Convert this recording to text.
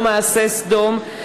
או מעשה סדום,